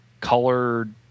colored